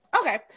Okay